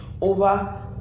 over